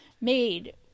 made